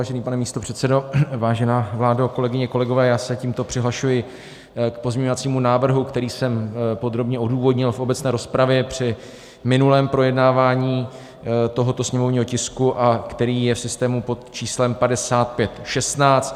Vážený pane místopředsedo, vážená vládo, kolegyně, kolegové, já se tímto přihlašuji k pozměňovacímu návrhu, který jsem podrobně odůvodnil v obecné rozpravě při minulém projednávání tohoto sněmovního tisku a který je v systému pod číslem 5516.